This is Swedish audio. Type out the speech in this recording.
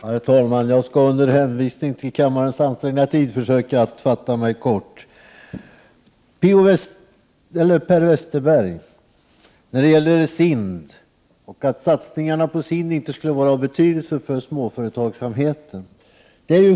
Herr talman! Jag skall, med hänsyn till kammarens ansträngda tidsschema, försöka att fatta mig kort. Per Westerberg säger att satsningarna på SIND inte skulle vara av betydelse för småföretagen.